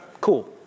Cool